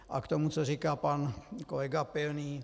A k tomu, co říká pan kolega Pilný.